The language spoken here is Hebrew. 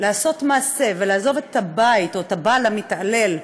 לעשות מעשה ולעזוב את הבית או את הבעל המתעלל,